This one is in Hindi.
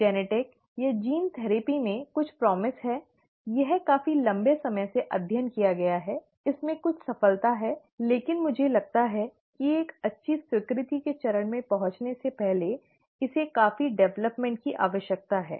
जेनेटिक या जीन थेरेपी में कुछ प्रॉमिस है यह है यह काफी लंबे समय से अध्ययन किया गया है इसमें कुछ सफलता है लेकिन मुझे लगता है कि एक अच्छी स्वीकृति के चरण में पहुंचने से पहले इसे काफी विकास की आवश्यकता है